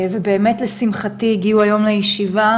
ובאמת לשמחתי הגיעו היום לישיבה,